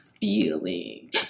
feeling